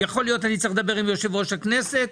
אני צריך לדבר עם יושב ראש הכנסת.